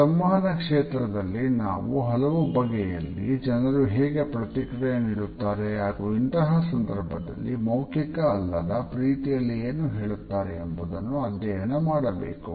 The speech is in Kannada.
ಸಂವಹನ ಕ್ಷೇತ್ರದಲ್ಲಿ ನಾವು ಹಲವು ಬಗೆಯಲ್ಲಿ ಜನರು ಹೇಗೆ ಪ್ರತಿಕ್ರಿಯೆ ನೀಡುತ್ತಾರೆ ಹಾಗೂ ಇಂತಹ ಸಂದರ್ಭದಲ್ಲಿ ಮೌಖಿಕ ಅಲ್ಲದ ರೀತಿಯಲ್ಲಿಏನು ಹೇಳುತ್ತಾರೆ ಎಂಬುದನ್ನು ಅಧ್ಯಯನ ಮಾಡಬೇಕು